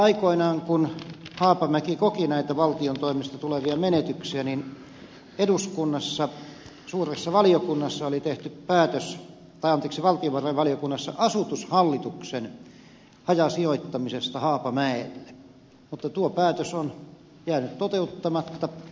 aikoinaan kun haapamäki koki näitä valtion toimesta tulevia menetyksiä eduskunnassa valtiovarainvaliokunnassa oli tehty päätös asutushallituksen hajasijoittamisesta haapamäelle mutta tuo päätös on jäänyt toteuttamatta